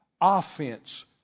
offense